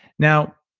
now,